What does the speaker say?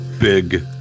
big